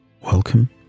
Welcome